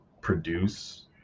produce